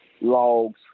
logs